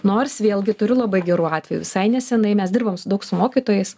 nors vėlgi turiu labai gerų atvejų visai nesenai mes dirbom su daug su mokytojais